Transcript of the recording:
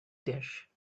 dish